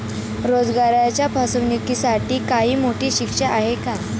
रोजगाराच्या फसवणुकीसाठी काही मोठी शिक्षा आहे का?